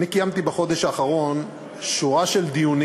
אני קיימתי בחודש האחרון שורה של דיונים